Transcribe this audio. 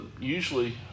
usually